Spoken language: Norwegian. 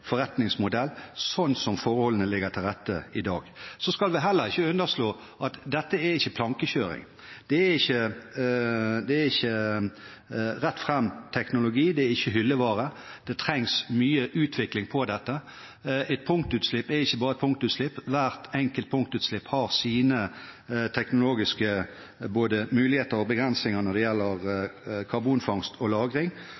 forretningsmodell – sånn som forholdene ligger til rette i dag. Vi skal heller ikke underslå at dette ikke er plankekjøring. Det er ikke rett fram-teknologi. Det er ikke hyllevare. Det trengs mye utvikling på dette området. Et punktutslipp er ikke bare et punktutslipp. Hvert enkelt punktutslipp har sine teknologiske muligheter og begrensninger når det gjelder karbonfangst og